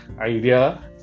idea